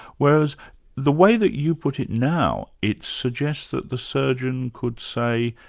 whereas the way that you put it now, it suggests that the surgeon could say,